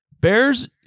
Bears